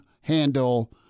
handle